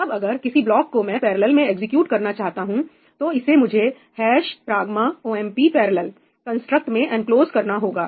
अब अगर किसी ब्लॉक को मैं पैरलल में एग्जीक्यूट करना चाहता हूं तो इसे मुझे pragma OMP parallel' pragma omp parallel construct में एंक्लोज करना होगा